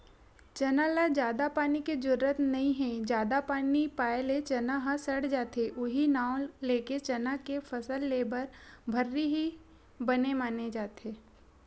चना ल जादा पानी के जरुरत नइ हे जादा पानी पाए ले चना ह सड़ जाथे उहीं नांव लेके चना के फसल लेए बर भर्री ही बने माने जाथे